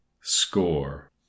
Score